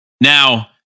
Now